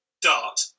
DART